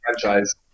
franchise